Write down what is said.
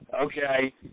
Okay